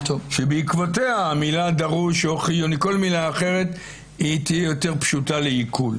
שבעקבותיה כל מילה אחרת תהיה יותר פשוטה לעיכול.